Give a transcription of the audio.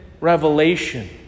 revelation